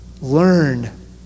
Learn